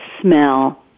smell